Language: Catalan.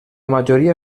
majoria